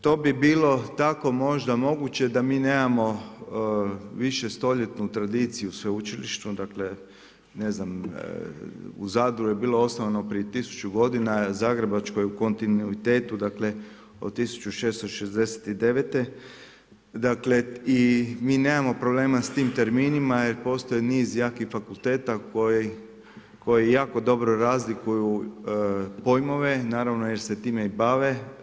To bi bilo tako možda moguće, da mi nemamo višestoljetnu tradiciju sveučilištu, dakle ne znam u Zadru je bilo osnovano prije 1000 g. zagrebačkom kontinuitetu od 1699. i mi nemamo problema s tim terminima, jer postoje niz jakih fakulteta, koji jako dobro razlikuju pojmove, naravno jer se time i bave.